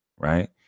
Right